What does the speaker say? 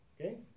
okay